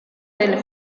del